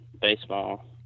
baseball